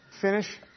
finish